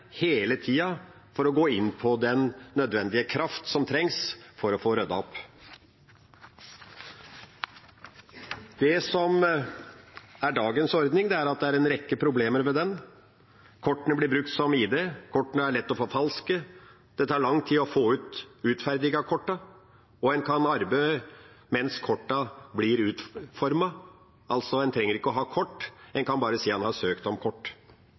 hele tida for å gå inn med den nødvendige kraft som trengs for å få ryddet opp. Dagens ordning er det en rekke problemer ved: Kortene blir brukt som ID, kortene er lette å forfalske, det tar lang tid å få utferdiget kortene, en kan arbeide mens kortene blir utformet – en trenger altså ikke å ha kort, en kan bare si en har søkt om kort